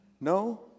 No